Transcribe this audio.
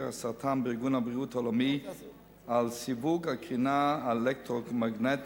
הסרטן בארגון הבריאות העולמי על סיווג הקרינה האלקטרומגנטית